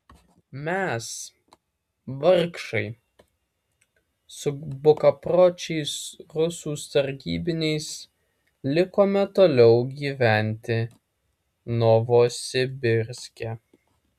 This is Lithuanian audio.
mes vargšai su bukapročiais rusų sargybiniais likome toliau gyventi novosibirske